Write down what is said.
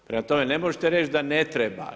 Prema tome, ne možete reći da ne treba.